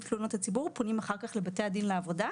תלונות הציבור פונים אחר כך לבתי הדין לעבודה.